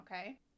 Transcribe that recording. okay